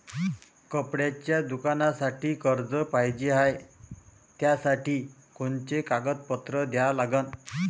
कपड्याच्या दुकानासाठी कर्ज पाहिजे हाय, त्यासाठी कोनचे कागदपत्र द्या लागन?